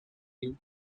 you